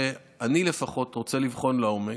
שאני לפחות רוצה לבחון לעומק,